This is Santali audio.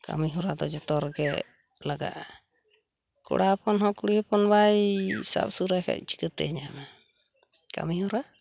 ᱠᱟᱹᱢᱤ ᱦᱚᱨᱟ ᱫᱚ ᱡᱚᱛᱚ ᱨᱮᱜᱮ ᱞᱟᱜᱟᱜᱼᱟ ᱠᱚᱲᱟ ᱦᱚᱯᱚᱱ ᱦᱚᱸ ᱠᱩᱲᱤ ᱦᱚᱯᱚᱱ ᱵᱟᱭ ᱥᱟᱵ ᱥᱩᱨᱟᱭ ᱠᱷᱟᱡ ᱪᱤᱠᱟᱹᱛᱮᱭ ᱧᱟᱢᱟ ᱠᱟᱹᱢᱤᱦᱚᱨᱟ